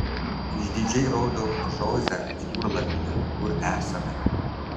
išdidžiai rodau žoze jūrlapyje kur esame